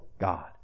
God